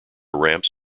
ramps